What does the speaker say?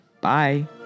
Bye